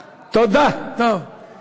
תודה, תודה על הנאום.